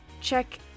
Check